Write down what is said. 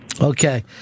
Okay